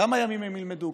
כמה ימים הם ילמדו?